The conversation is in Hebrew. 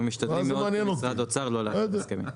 אנחנו משתדלים מאוד כמשרד אוצר לא להפר הסכמים.